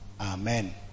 Amen